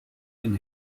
den